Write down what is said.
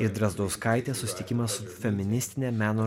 ir drazdauskaitės susitikimas su feministine meno